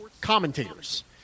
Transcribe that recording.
commentators